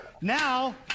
Now